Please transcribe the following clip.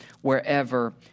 wherever